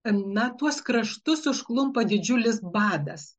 na tuos kraštus užklumpa didžiulis badas